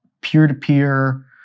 peer-to-peer